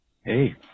Hey